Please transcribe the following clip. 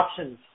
options